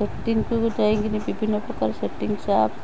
ସେଟିଙ୍ଗକୁ ଯାଇ କରି ବିଭିନ୍ନ ପ୍ରକାର ସେଟିଙ୍ଗସ୍ ଆପ୍